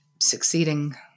succeeding